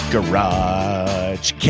Garage